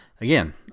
Again